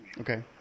Okay